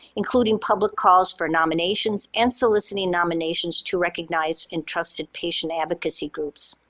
including public calls for nominations and soliciting nominations to recognized and trusted patient advocacy groups.